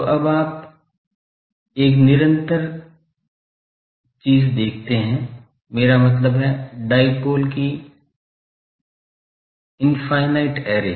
तो अब आप एक निरंतर देखते हैं मेरा मतलब है डाइपोल की इनफिनिट ऐरे